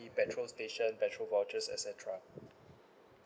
petrol station petrol vouchers et cetera